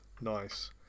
Nice